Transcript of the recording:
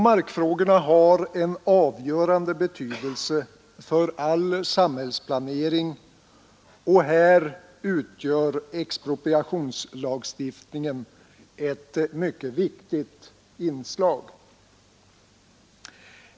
Markfrågorna har en avgörande betydelse för all samhällsplanering, och här utgör expropriationslagstiftningen ett mycket viktigt inslag.